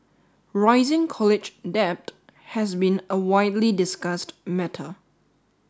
rising college debt has been a widely discussed matter